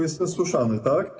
Jestem słyszany, tak?